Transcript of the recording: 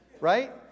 right